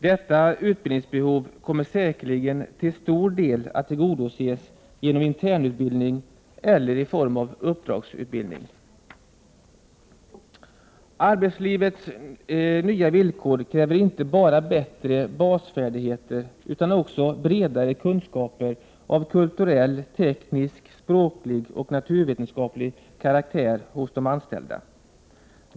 Detta utbildningsbehov kommer säkerligen till stor del att tillgodoses genom internutbildning eller i form av uppdragsutbildning. Arbetslivets nya villkor kräver inte bara bättre basfärdigheter utan också bredare kunskaper av kulturell, teknisk, språklig och naturvetenskaplig karaktär hos de anställda.